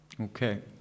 Okay